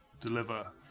deliver